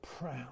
proud